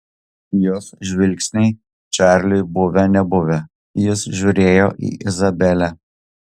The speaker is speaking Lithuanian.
jos žvilgsniai čarliui buvę nebuvę jis žiūrėjo į izabelę